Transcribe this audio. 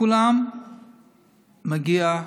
לכולם מגיעה